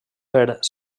per